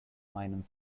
einem